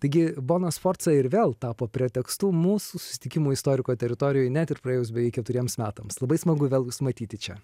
taigi bona sforca ir vėl tapo pretekstu mūsų susitikimui istoriko teritorijoj net ir praėjus beveik keturiems metams labai smagu vėl jus matyti čia